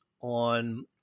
on